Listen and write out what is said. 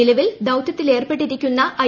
നിലവിൽ ദൌത്യത്തിലേർപ്പെട്ടിരിക്കുന്ന ഐ